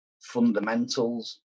fundamentals